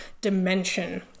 dimension